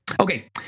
Okay